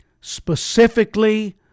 specifically